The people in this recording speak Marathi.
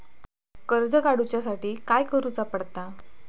कर्ज काडूच्या साठी काय करुचा पडता?